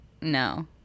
No